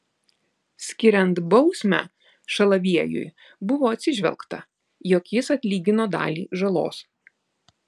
skiriant bausmę šalaviejui buvo atsižvelgta jog jis atlygino dalį žalos